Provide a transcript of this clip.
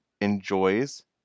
enjoys